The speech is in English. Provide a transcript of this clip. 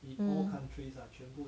mm